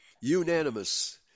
Unanimous